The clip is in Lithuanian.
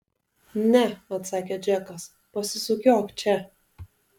ne atsakė džekas pasisukiok čia